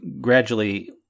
gradually